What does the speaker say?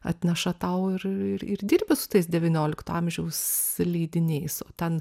atneša tau ir ir dirbi su tais devyniolikto amžiaus leidiniais ten